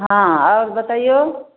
हँ आओर बतैऔ